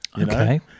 Okay